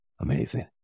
Amazing